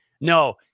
no